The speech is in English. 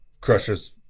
crushes